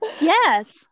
Yes